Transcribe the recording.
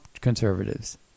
conservatives